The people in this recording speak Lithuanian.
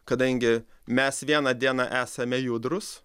kadangi mes vieną dieną esame judrus